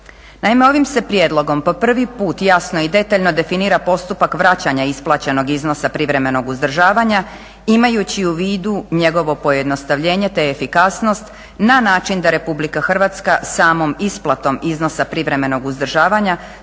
Naime, ovim se prijedlogom po prvi put jasno i detaljno definira postupak vraćanja isplaćenog iznosa privremenog uzdržavanja imajući u vidu njegovo pojednostavljenje te efikasnost na način da Republika Hrvatska samom isplatom iznosa privremenog uzdržavanja